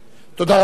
תודה רבה.